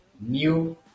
new